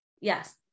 yes